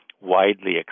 widely